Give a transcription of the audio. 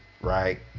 right